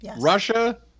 Russia